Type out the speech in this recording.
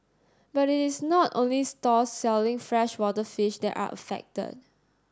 but it is not only stalls selling freshwater fish that are affected